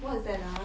what is that ah